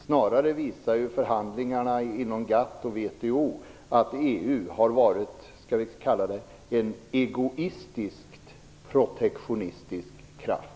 Snarare visar förhandlingarna inom GATT och WTO att EU har varit en egoistiskt, protektionistisk kraft.